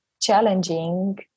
challenging